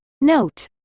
Note